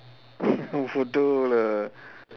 bodoh lah